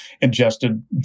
ingested